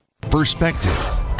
Perspective